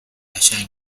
قشنگ